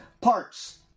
Parts